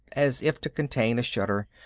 as if to contain a shudder.